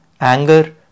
anger